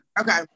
Okay